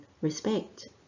respect